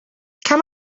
can